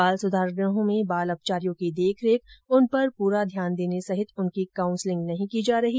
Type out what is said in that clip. बाल सुधार गृहों में बाल अपचारियों की देखरेख उन पर पूरा ध्यान देने सहित उनकी काउंसलिंग नहीं की जा रही